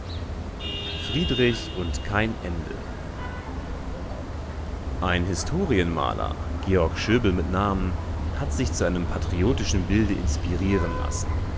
friedrich und kein ende ein historienmaler georg schöbel mit namen hat sich zu einem patriotischen bilde inspirieren lassen